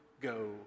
go